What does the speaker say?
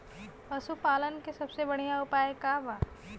पशु पालन के सबसे बढ़ियां उपाय का बा?